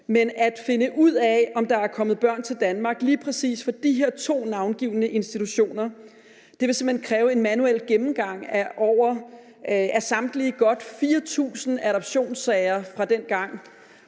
det at finde ud af, om der er kommet børn til Danmark fra lige præcis de her to navngivne institutioner, vil simpelt hen kræve en manuel gennemgang af samtlige godt 4.000 adoptionssager fra dengang,